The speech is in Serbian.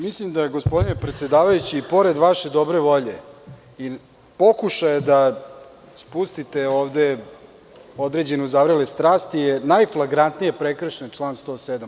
Mislim da, gospodine predsedavajući i pored vaše dobre volje i pokušaja da spustite ovde određene uzavrele strasti, je najflagrantnije prekršen član 107.